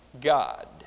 God